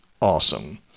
awesome